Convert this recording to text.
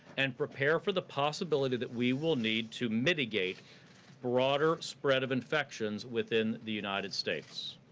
and prepare for the possibility that we will need to mitigate broader spread of infections within the united states.